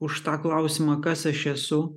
už tą klausimą kas aš esu